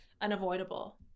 unavoidable